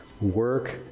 work